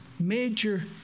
Major